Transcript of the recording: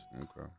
Okay